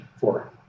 Four